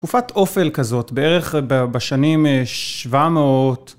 תקופת אופל כזאת, בערך בשנים שבעה מאות.